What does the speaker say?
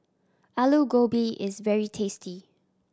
Alu Gobi is very tasty